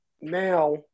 now